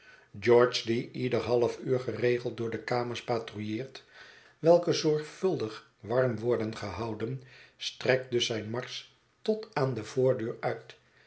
george die ieder half uur geregeld door de kamers patrouilleert welke zorgvuldig warm worden gehouden strekt dus zijn marsch tot aan de voordeur uit